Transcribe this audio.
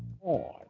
on